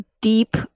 deep